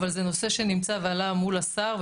אבל זה נושא שנמצא ועלה מול השר,